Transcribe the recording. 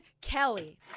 Kelly